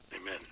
Amen